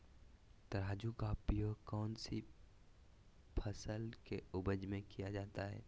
तराजू का उपयोग कौन सी फसल के उपज में किया जाता है?